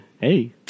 hey